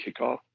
kickoff